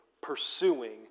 pursuing